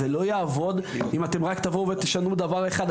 זה לא יעבוד אם אתם רק תבואו ותשנו דבר אחד.